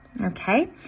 Okay